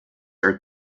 are